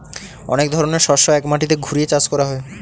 অনেক ধরনের শস্য এক মাটিতে ঘুরিয়ে চাষ করা হয়